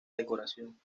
decoración